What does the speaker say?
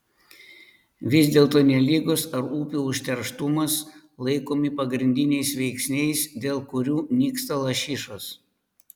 vis dėlto ne ligos ar upių užterštumas laikomi pagrindiniais veiksniais dėl kurių nyksta lašišos